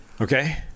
Okay